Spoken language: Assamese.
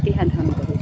ক্ষতিসাধন কৰে